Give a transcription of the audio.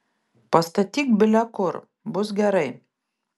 pastatyk bile kur bus gerai